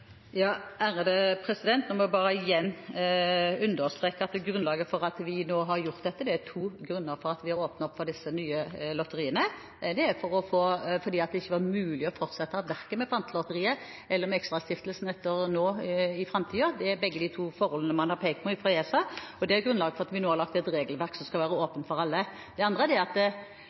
igjen understreke grunnlaget for at vi har gjort dette. Det er to grunner til at vi har åpnet opp for disse nye lotteriene. Det var ikke var mulig å fortsette verken med Pantelotteriet eller med ExtraStiftelsen i framtiden. ESA har pekt på begge disse to forholdene, og det er grunnlaget for at vi nå har laget et regelverk som skal være åpent for alle. Det andre er at